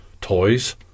toys